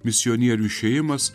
misionierių išėjimas